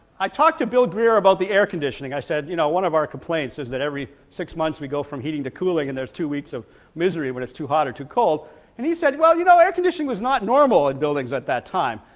i talked to bill greer about the air conditioning, i said you know one of our complaints is that every six months we go from heating to cooling and there's two weeks of misery when it's too hot or too cold and he said well you know air conditioning was not normal in buildings at that time,